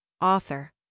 Author